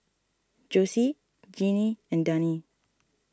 Jossie Genie and Dani